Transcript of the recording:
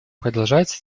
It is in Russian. продолжаются